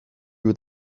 you